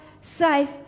safe